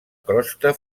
crosta